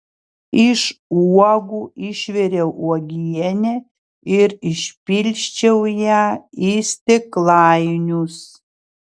iš uogų išviriau uogienę ir išpilsčiau ją į stiklainius